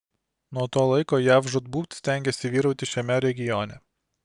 nuo to laiko jav žūtbūt stengėsi vyrauti šiame regione